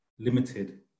limited